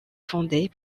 fondée